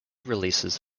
releases